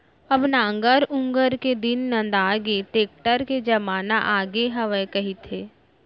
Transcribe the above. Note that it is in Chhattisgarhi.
अब नांगर ऊंगर के दिन नंदागे, टेक्टर के जमाना आगे हवय कहिथें